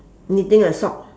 knitting a sock